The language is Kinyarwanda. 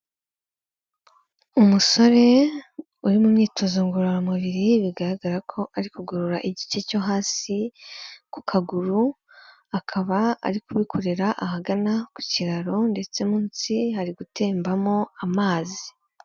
Umusore, uri mu myimyitozo ngororamubiri, bigaragara ko ari kugorora igice cyo hasi ku kaguru, akaba ari kubikorera ahagana ku kiraro ndetse munsi hari gutembamo amazi.